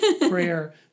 prayer